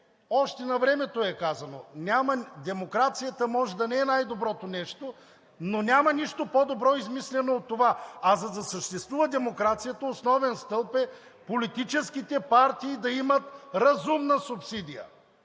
още навремето е казано – демокрацията може да не е най-доброто нещо, но няма нищо по-добро, измислено от това, за да съществува демокрацията, основен стълб е политическите партии да имат разумна субсидия.